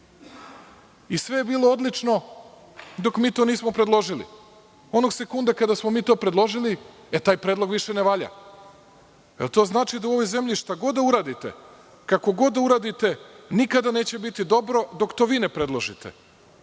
Sve je bilo odlično dok to nismo mi to predložili. Onog sekunda kada smo mi to predložili, taj predlog više ne valja. Da li to znači da u ovoj zemlji šta god da uradite, kako god da uradite nikada neće biti dobro dok to vi ne predložite.